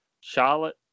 Charlotte